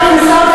אתה יכול לנסות,